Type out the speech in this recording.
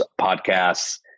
podcasts